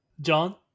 John